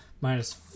Minus